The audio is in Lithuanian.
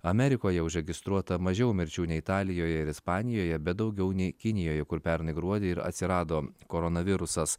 amerikoje užregistruota mažiau mirčių nei italijoje ir ispanijoje bet daugiau nei kinijoje kur pernai gruodį ir atsirado koronavirusas